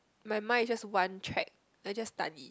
my mind is just one track I just study